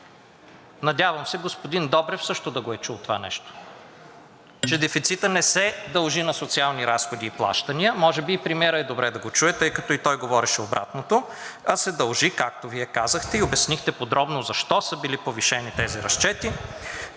Надявам се господин Добрев също да го е чул това нещо, че дефицитът не се дължи на социални разходи и плащания, може би и премиерът е добре да го чуе, тъй като и той говореше обратното, а се дължи, както Вие казахте и обяснихте подробно защо са били повишени тези разчети,